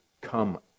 come